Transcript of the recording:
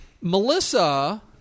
Melissa